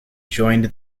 joined